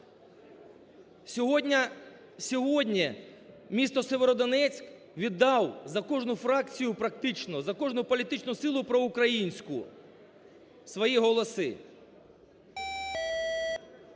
Сьогодні місто Сєвєродонецьк віддав за кожну фракцію практично, за кожну політичну силу проукраїнську свої голоси.